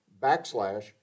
backslash